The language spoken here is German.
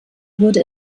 wurde